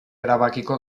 erabakiko